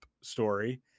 story